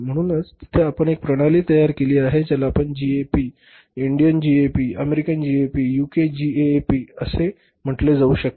म्हणून तिथे आपण एक प्रणाली तयार केले आहे ज्याला आपण GAAP Indian GAAP American GAAP UK GAAP असे म्हटले जाऊ शकते